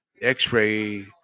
x-ray